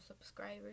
subscribers